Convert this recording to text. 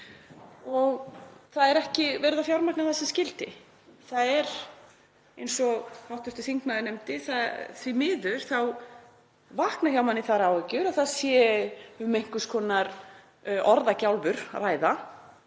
og það er ekki verið að fjármagna það sem skyldi. Það er eins og hv. þingmaður nefndi, því miður vakna hjá manni þær áhyggjur að það sé um einhvers konar orðagjálfur að